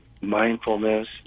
mindfulness